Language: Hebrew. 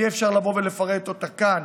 אי-אפשר לבוא ולפרט אותה כאן,